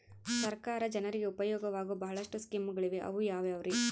ಸರ್ಕಾರ ಜನರಿಗೆ ಉಪಯೋಗವಾಗೋ ಬಹಳಷ್ಟು ಸ್ಕೇಮುಗಳಿವೆ ಅವು ಯಾವ್ಯಾವ್ರಿ?